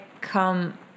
come